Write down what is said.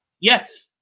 Yes